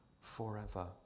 forever